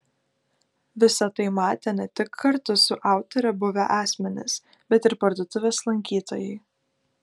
visa tai matė ne tik kartu su autore buvę asmenys bet ir parduotuvės lankytojai